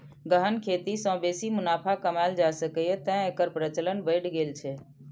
गहन खेती सं बेसी मुनाफा कमाएल जा सकैए, तें एकर प्रचलन बढ़ि गेल छै